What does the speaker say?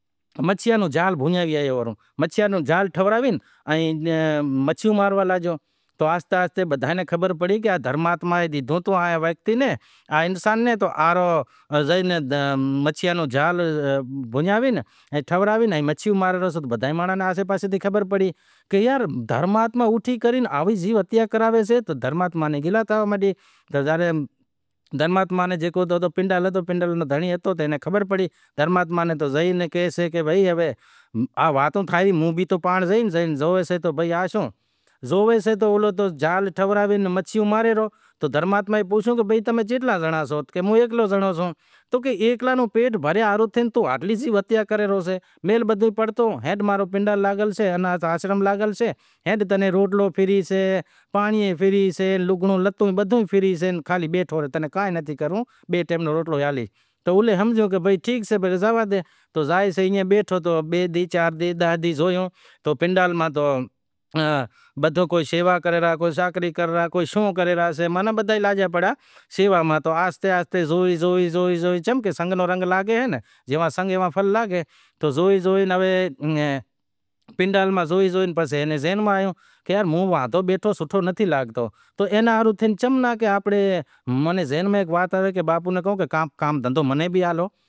ہیک مہاتما ہتو کنووں کھودل ہتو تو ایئاں زویو کہ ایک زنڑو تو مچھلیاں رو جاڑ ٹھراوے ہوے زو کہ اوندھو کام کراں سیئاں تو سیدہو چم چم تھیسے ای امارو دھرم ئی ہمزائے تو کنووں کھودھل ہتو تو ہیک انسان چالیہہ پنجاہ سال نی عمر ہتی ایک زنڑو ہتو تو ایئں بیٹھو ہتو تو دھرماتما نی خبر پڑی تو بھائی توں سوں کرے ریو سے سوں سے تو دھرماتما نی خبر پڑی کہ وچارے ناں سرت ڈوں تو زو اگے زماناں ماں سرتے کہ س ڈیتا تو ایوا لگڑا ٹھراوتا اتارے تو آنپڑاں ناں گھرے بیٹھو سیول زڑے پر اگے ایم نتھو پچھلاں زنماں ماں ایم نتھو چم کہ پچھلاں دھرماں ماں سٹ ڈیتو کہ ہوے وات تھے زائے کہ سدہو کرم کرا ے اوندہو کراں تو سیدھو تھےزائں تو اوندہو کرم کراں تو سدہو تھے زائے۔ ای وات ناں ایناں ذہن میں راکھی ساں تو دھرماتما کیدہو ڈان دیو تو ای کنٹو بھرے سٹ رو ڈئی گیو او شوں ہمزے ڈئی گیو کہ وچارو گریب سے تو لگڑا بگڑا ٹھراوے سیوڑائے پسے پہرشے تو ٹھیک سے جکو کھاڈا کن بیٹھو تو ای ڈیدہو کہ شوں کریو کہ